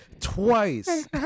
twice